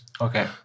Okay